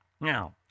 Now